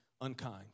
Unkind